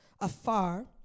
afar